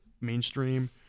mainstream